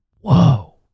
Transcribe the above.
whoa